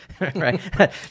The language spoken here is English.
right